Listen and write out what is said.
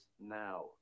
now